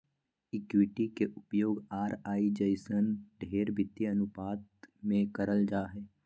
equity के उपयोग ROE जइसन ढेर वित्तीय अनुपात मे करल जा हय